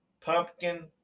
pumpkin